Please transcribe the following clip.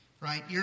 Right